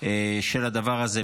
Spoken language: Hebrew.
של הדבר הזה,